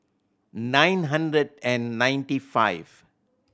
nine hundred and ninety five